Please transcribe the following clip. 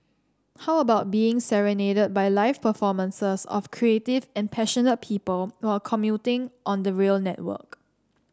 how about being serenaded by live performances of creative and passionate people while commuting on the rail network